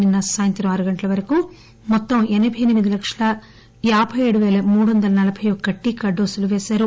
నిన్న సాయంత్రం ఆరు గంటల వరకు మొత్తం ఎనబై ఎనిమిది లక్షల యాబై ఏడు పేల మూడు వందల నలబై యొక్క టీకా డోసులు పేశారు